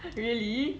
really